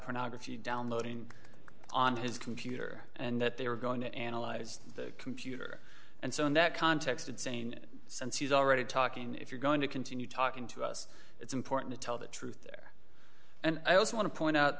pornography downloading on his computer and that they were going to analyze the computer and so in that context and saying since he's already talking if you're going to continue talking to us it's important to tell the truth there and i also want to point out